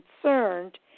concerned